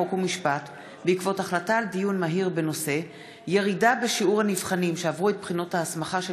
חוק ומשפט בעקבות דיון מהיר בהצעת חברי הכנסת מירב בן ארי,